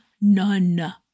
none